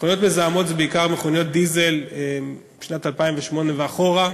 מכוניות מזהמות זה בעיקר מכוניות דיזל משנת 2008 ואחורה,